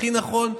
הכי נכון,